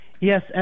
Yes